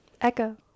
Echo